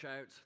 out